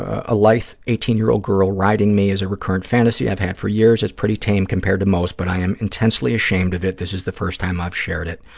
a ah lithe eighteen year old girl riding me is a recurrent fantasy i've had for years. it's pretty tame compared to most but i am intensely ashamed of it. this is the first time i've shared it.